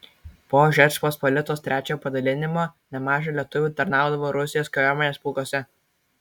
po žečpospolitos trečiojo padalinimo nemaža lietuvių tarnaudavo rusijos kariuomenės pulkuose